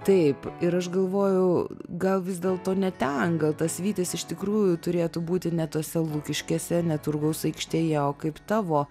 taip ir aš galvojau gal vis dėlto ne ten gal tas vytis iš tikrųjų turėtų būti ne tose lukiškėse ne turgaus aikštėje o kaip tavo